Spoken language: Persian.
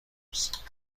روز